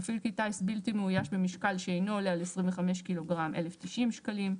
מפעיל כלי טיס בלתי מאויש במשקל שאינו עולה על 25 ק"ג - 1,090 שקלים.